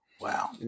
Wow